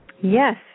Yes